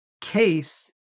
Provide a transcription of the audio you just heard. case